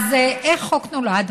איך החוק נולד?